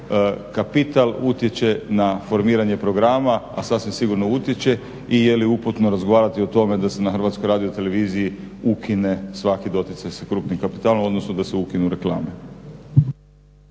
kapital utječe na formiranje programa, a sasvim sigurno utječe i jeli uputno razgovarati o tome da se na HRT-u ukine svaki doticaj sa krupnim kapitalom odnosno da se ukinu reklame.